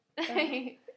Okay